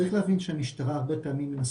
אני אומר כל מעגלי המידע בעיריית ירושלים